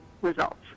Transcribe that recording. results